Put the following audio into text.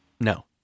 No